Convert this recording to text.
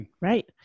Right